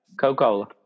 Coca-Cola